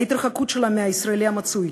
ההתרחקות שלה מהישראלי המצוי,